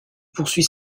poursuit